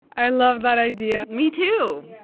i love that idea. me too.